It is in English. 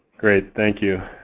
great. thank you.